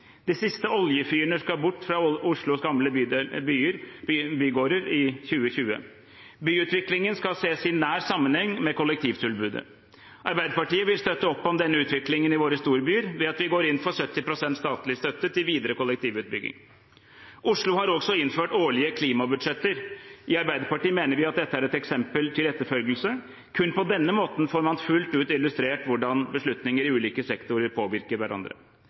De siste oljefyrene skal bort fra Oslos gamle bygårder innen 2020. Byutviklingen skal ses i nær sammenheng med kollektivtilbudet. Arbeiderpartiet vil støtte opp om denne utviklingen i våre storbyer ved at vi går inn for 70 pst. statlig støtte til videre kollektivutbygging. Oslo har også innført årlige klimabudsjetter. I Arbeiderpartiet mener vi at dette er et eksempel til etterfølgelse – kun på denne måten får man fullt ut illustrert hvordan beslutninger i ulike sektorer påvirker hverandre.